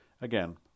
again